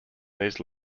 these